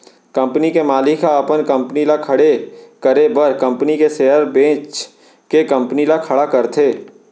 company के मालिक ह अपन कंपनी ल खड़े करे बर कंपनी के सेयर बेंच के कंपनी ल खड़ा करथे